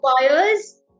requires